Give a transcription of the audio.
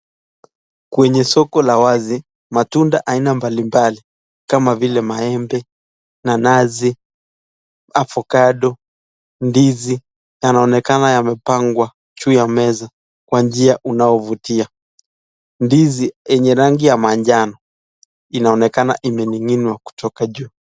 Kwenye soko la wazi, matunda aina mbalimbali, kama vile maembe, nanasi, avocado, ndizi yanaonekana yamepangwa kwa meza kwa njia inayovutia , ndizi yenye rangi ya manjano inaonakana imening'inwa kutoka juu.